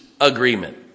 agreement